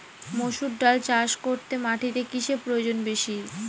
মুসুর ডাল চাষ করতে মাটিতে কিসে প্রয়োজন বেশী?